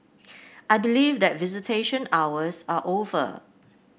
I believe that visitation hours are over